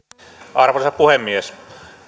arvoisa puhemies